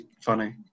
funny